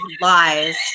Lies